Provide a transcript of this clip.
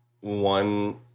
one